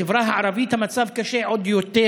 בחברה הערבית המצב קשה עוד יותר.